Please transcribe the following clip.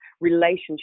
relationship